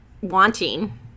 wanting